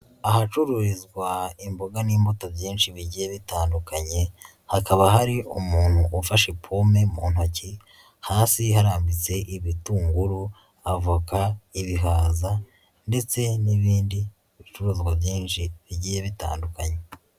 Ahacururizwa imboga n'imbuto byinshi bigiye bitandukanye, hakaba hari umuntu ufashe pome mu ntoki, hasi harambitse ibitunguru, avoka, ibihaza ndetse n'ibindi bicuruzwa byinshi bigiye bitandukanye.